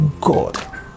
God